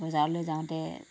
বজাৰলৈ যাওঁতে